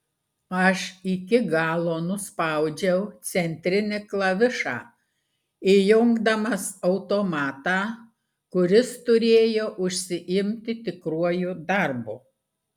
aš iki galo nuspaudžiau centrinį klavišą įjungdamas automatą kuris turėjo užsiimti tikruoju darbu